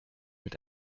mit